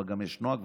אבל גם יש נוהג,